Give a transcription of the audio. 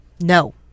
No